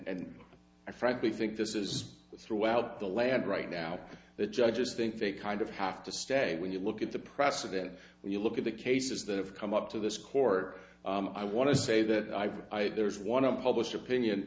i frankly think this is throughout the land right now the judges think they kind of have to stay when you look at the president when you look at the cases that have come up to this court i want to say that i've i there's one of published opinion